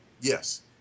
Yes